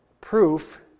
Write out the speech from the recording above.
Proof